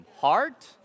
heart